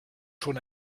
schon